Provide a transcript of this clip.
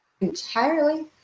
entirely